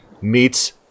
meets